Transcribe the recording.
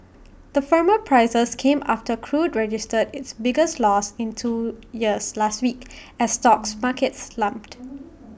the firmer prices came after crude registered its biggest loss in two years last week as stock markets slumped